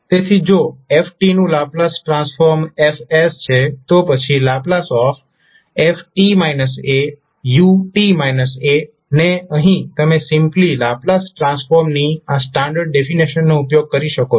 તેથી જો f નું લાપ્લાસ ટ્રાન્સફોર્મ F છે તો પછી ℒ f u ને અહીં તમે સિમ્પ્લી લાપ્લાસ ટ્રાન્સફોર્મની આ સ્ટાન્ડર્ડ ડેફિનેશન નો ઉપયોગ કરી શકો છો